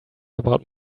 about